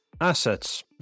assets